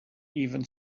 even